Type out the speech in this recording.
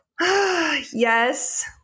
Yes